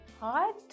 Hot